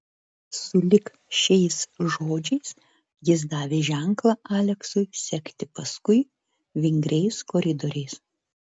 sulig šiais žodžiais jis davė ženklą aleksui sekti paskui vingriais koridoriais